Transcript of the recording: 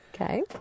Okay